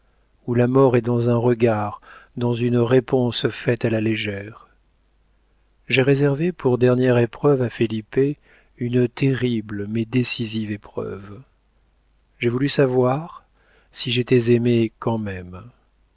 où la mort est dans un regard dans une réponse faite à la légère j'ai réservé pour dernière épreuve à felipe une terrible mais décisive épreuve j'ai voulu savoir si j'étais aimée quand même